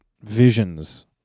visions